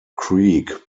creek